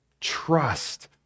trust